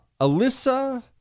Alyssa